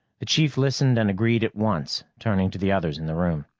the chief listened and agreed at once, turning to the others in the room.